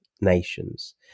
nations